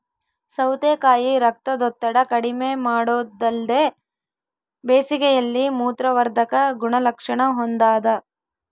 ಸೌತೆಕಾಯಿ ರಕ್ತದೊತ್ತಡ ಕಡಿಮೆಮಾಡೊದಲ್ದೆ ಬೇಸಿಗೆಯಲ್ಲಿ ಮೂತ್ರವರ್ಧಕ ಗುಣಲಕ್ಷಣ ಹೊಂದಾದ